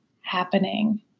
happening